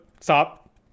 Stop